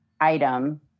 item